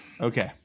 Okay